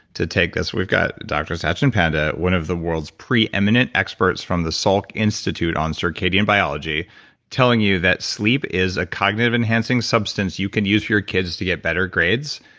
to take. as we've got dr. satchin panda, one of the world's preeminent experts from the salk institute on circadian biology telling you that sleep is a cognitiveenhancing substance you can use for your kids to get better grades,